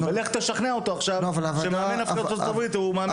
ולך תשכנע אותו שמאמן ארצות הברית הוא מאמן